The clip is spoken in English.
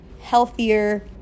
healthier